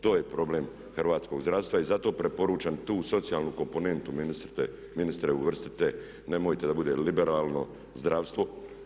To je problem hrvatskog zdravstva i zato preporučam tu socijalnu komponentu, ministre uvrstite, nemojte da bude liberalno zdravstvo.